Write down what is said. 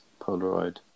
Polaroid